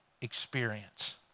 experience